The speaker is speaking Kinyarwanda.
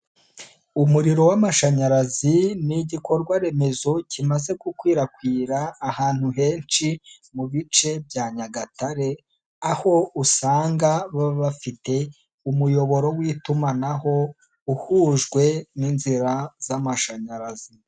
Umuriro w'amashanyarazi, ni igikorwa remezo kimaze gukwirakwira ahantu henshi mu bice bya Nyagatare, aho usanga baba bafite umuyoboro w'itumanaho, uhujwe n'inzira z'amashanyarazi.